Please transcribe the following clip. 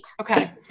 Okay